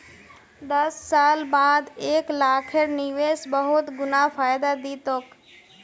दस साल बाद एक लाखेर निवेश बहुत गुना फायदा दी तोक